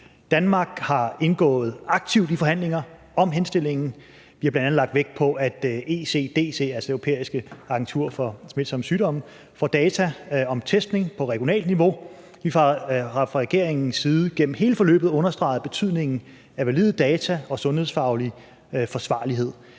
Danmark har indgået aktivt i forhandlinger om henstillingen. Vi har bl.a. lagt vægt på, at ECDC, altså Det Europæiske Center for Forebyggelse af og Kontrol med Sygdomme, får data om testning på regionalt niveau. Vi har fra regeringens side gennem hele forløbet understreget betydningen af valide data og sundhedsfaglig forsvarlighed.